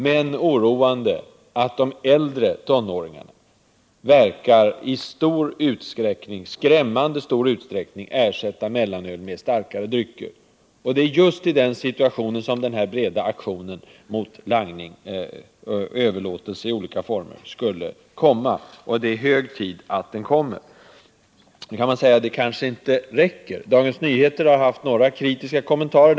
Det var också avsikten. Oroande är emellertid, för det andra, att de äldre tonåringarna i skrämmande stor utsträckning tycks ersätta mellanöl med starkare drycker. Det är just i den här situationen som den breda aktionen mot överlåtelse i olika former borde komma. Det är hög tid att den sätts i gång. Nu kan man naturligtvis säga att detta inte räcker. Dagens Nyheter har haft några kritiska kommentarer.